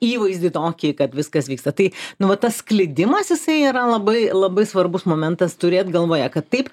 įvaizdį tokį kad viskas vyksta tai nu vat tas sklidimas jisai yra labai labai svarbus momentas turėt galvoje kad taip